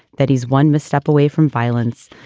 that he's one misstep away from violence,